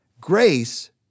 Grace